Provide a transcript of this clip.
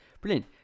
Brilliant